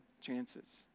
chances